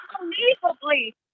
Unbelievably